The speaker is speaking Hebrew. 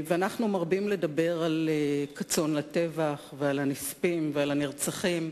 אנחנו מרבים לדבר על "כצאן לטבח" ועל הנספים ועל הנרצחים,